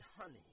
honey